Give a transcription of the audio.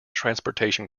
transportation